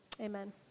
amen